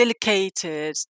delicate